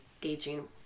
gauging